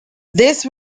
this